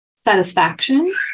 satisfaction